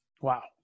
Wow